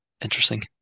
interesting